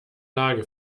lage